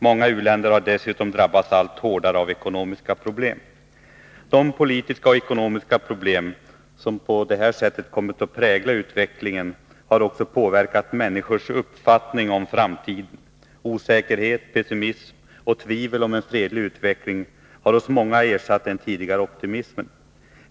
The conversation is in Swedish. Många u-länder har dessutom drabbats allt hårdare av ekonomiska problem. De politiska och ekonomiska problem som på detta sätt kommit att prägla utvecklingen har också påverkat människors uppfattning om framtiden. Osäkerhet, pessimism och tvivel om en fredlig utveckling har hos många ersatt den tidigare optimismen.